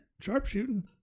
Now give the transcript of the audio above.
sharpshooting